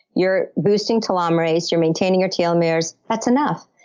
you're boosting telomerase. you're maintaining your telomeres. that's enough.